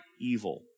evil